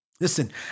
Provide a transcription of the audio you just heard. Listen